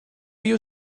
you